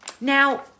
Now